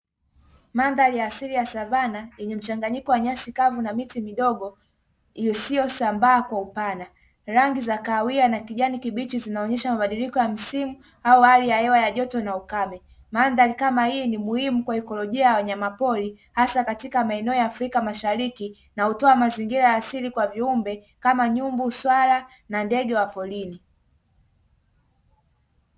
Mandhari ya asili ya savanna yenye mchanganyiko wa nyasi kavu na miti midogo isiyo sambaa kwa upana, rangi za kahawia na kijani kibichi zinaonyesha mabadiliko ya msimu au hali ya hewa ya joto na ukame, mandhari kama hii ni muhimu kwa ekolojia ya wanyamapori hasa katika maeneo ya afrika mashariki na hutoa mazingira ya asili kwa viumbe kama nyumbu, swala na ndege wa porini.